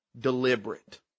Deliberate